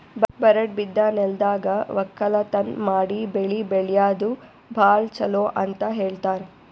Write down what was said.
ಬರಡ್ ಬಿದ್ದ ನೆಲ್ದಾಗ ವಕ್ಕಲತನ್ ಮಾಡಿ ಬೆಳಿ ಬೆಳ್ಯಾದು ಭಾಳ್ ಚೊಲೋ ಅಂತ ಹೇಳ್ತಾರ್